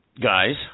guys